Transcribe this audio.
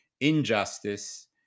injustice